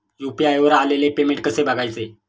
UPI वर आलेले payment कसे बघायचे?